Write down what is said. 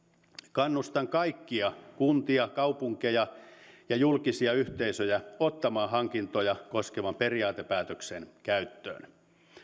kannustan kaikkia kuntia kaupunkeja ja julkisia yhteisöjä ottamaan hankintoja koskevan periaatepäätöksen käyttöön